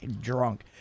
drunk